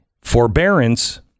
Forbearance